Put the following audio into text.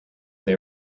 they